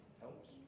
Helps